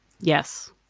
Yes